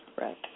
Right